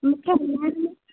मुखे वीह ॾींह